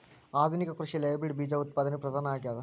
ಆಧುನಿಕ ಕೃಷಿಯಲ್ಲಿ ಹೈಬ್ರಿಡ್ ಬೇಜ ಉತ್ಪಾದನೆಯು ಪ್ರಧಾನ ಆಗ್ಯದ